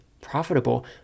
profitable